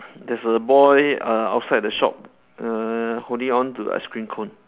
there's a boy err outside the shop err holding on to ice cream cone